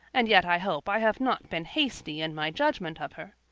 and yet i hope i have not been hasty in my judgment of her.